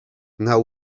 now